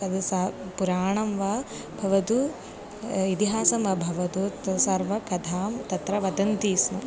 तद् सा पुराणं वा भवतु इतिहासं वा भवतु तत् सर्वं कथां तत्र वदन्ति स्म